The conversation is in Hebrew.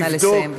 נא לסיים.